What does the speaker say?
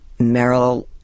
Meryl